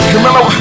Remember